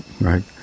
right